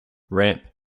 ramp